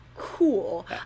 Cool